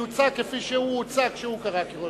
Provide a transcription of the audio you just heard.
יוצא כפי שהוא הוצא כשהוא קרא קריאות